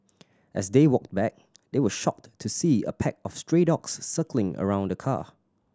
as they walked back they were shocked to see a pack of stray dogs circling around the car